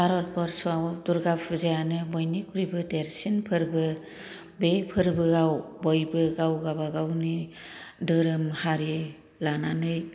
भारतबर्षआव दुर्गा फुजायानो बयनिख्रुयबो देरसिन फोरबो बे फोर्बोवाव बयबो गाव गाबागावनि धोरोम हारि लानानै